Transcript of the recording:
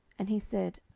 and he said,